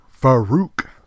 Farouk